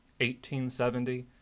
1870